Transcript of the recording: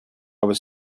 was